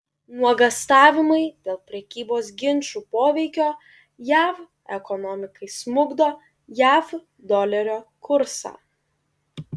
nuogąstavimai dėl prekybos ginčų poveikio jav ekonomikai smukdo jav dolerio kursą